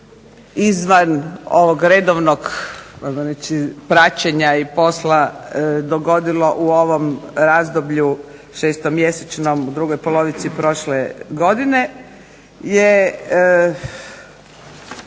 izvan ovog redovnog ajmo reći praćenja i posla dogodilo u ovom razdoblju šestomjesečnom, drugoj polovici prošle godine je